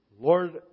Lord